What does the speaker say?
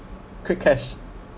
quick cash